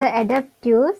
adaptive